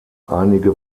einige